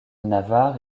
navarre